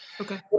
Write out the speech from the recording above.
Okay